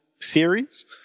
series